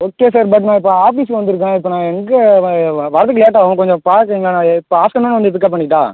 okay sir but நான் இப்போ office வந்திருக்கேன் இப்போ நான் எங்க வ வ வரதுக்கு லேட்டாகும் கொஞ்சம் பார்த்துக்குறீங்களா நான் இப்போ ஆஃப்டர்நூன் வந்து பிக்கப் பண்ணிக்கிட்டால்